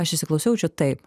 aš įsiklausiau čia taip